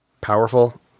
powerful